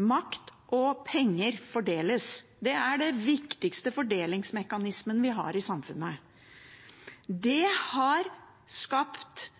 makt og penger fordeles. Det er den viktigste fordelingsmekanismen vi har i samfunnet. Det har skapt